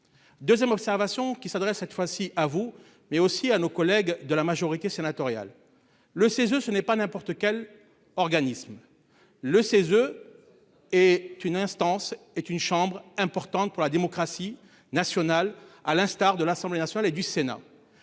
Deuxième observation qui s'adresse cette fois-ci à vous mais aussi à nos collègues de la majorité sénatoriale. Le CESE. Ce n'est pas n'importe quel organisme le 16. Est une instance est une chambre importante pour la démocratie nationale. À l'instar de l'Assemblée nationale et du Sénat.